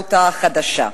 העצמאות החדשה.